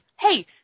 hey